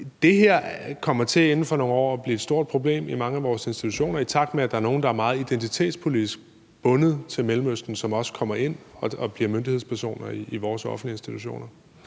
det her kommer til inden for nogle år at blive et stort problem i mange af vores institutioner, i takt med at nogle, der er meget identitetspolitisk bundet til Mellemøsten, også kommer ind og bliver myndighedspersoner i vores offentlige institutioner.